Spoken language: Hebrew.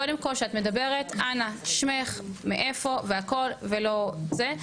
קודם כל שאת מדברת אנא שמך מאיפה והכל ולא זה,